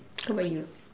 how about you